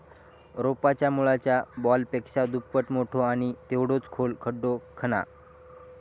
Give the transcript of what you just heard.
रोपाच्या मुळाच्या बॉलपेक्षा दुप्पट मोठो आणि तेवढोच खोल खड्डो खणा